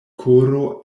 koro